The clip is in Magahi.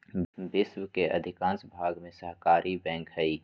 विश्व के अधिकांश भाग में सहकारी बैंक हइ